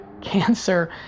cancer